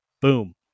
Boom